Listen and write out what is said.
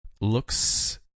looks